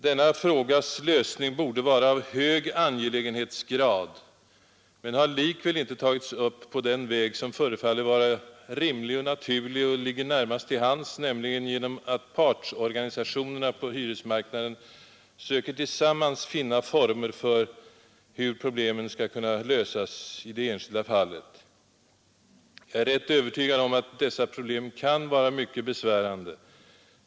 Denna frågas lösning borde vara av hög angelägenhetsgrad men har likväl inte tagits upp på den väg, som förefaller vara rimlig och naturlig och som också ligger närmast till hands, nämligen genom att partsorganisationerna på hyresmarknaden söker tillsammans finna former för hur problemen skall kunna lösas i det enskilda fallet. Jag är övertygad om att dessa problem kan vara mycket besvärande.